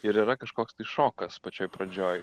ir yra kažkoks tai šokas pačioj pradžioj